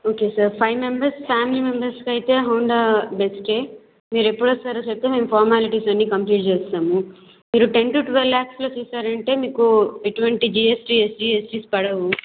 okay sir five members family మెంబర్స్కి అయితే Honda బెస్టే మీరెప్పుడొస్తారో చెప్తే మేము ఫార్మాలిటీస్ అన్నీ కంప్లీట్ చేస్తాము మీరు టెన్ టూ ట్వెల్వ్ లాక్స్లో చూసారంటే మీకు ఎటువంటి జిఎస్టీ ఎస్జీఎస్టీ